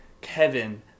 Kevin